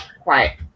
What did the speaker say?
Quiet